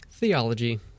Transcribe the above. Theology